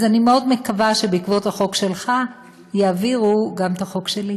אז אני מאוד מקווה שבעקבות החוק שלך יעבירו גם את החוק שלי.